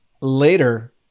later